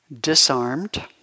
disarmed